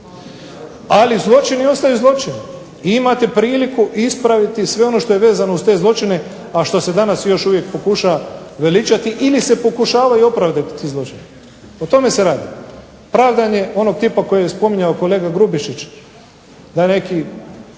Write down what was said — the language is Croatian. Ali, zločini ostaju zločini i imate priliku ispraviti sve ono što je vezano uz te zločine, a što se danas još uvijek pokušava veličati ili se pokušavaju opravdati ti zločini. O tome se radi. Pravdanje onog tipa koji je spominjao kolega Grubišić da neki